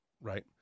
Right